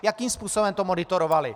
Jakým způsobem to monitorovaly?